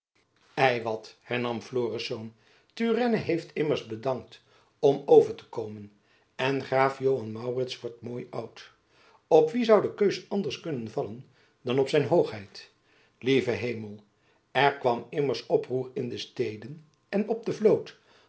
ei wat hernam florisz turenne heeft immers bedankt om over te komen en graaf joan maurits wordt mooi oud op wien zoû de keus anders kunnen vallen dan op zijn hoogheid lieve hemel er kwam immers oproer in de steden en op de vloot